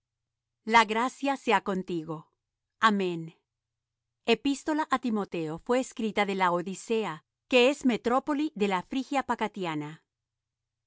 la gracia sea contigo amén espístola á timoteo fué escrita de laodicea que es metrópoli de la frigia pacatiana